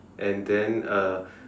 and then uh